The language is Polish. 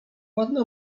ładna